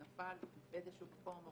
הוא נפל באיזשהו מקום,